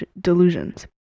delusions